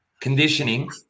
Conditioning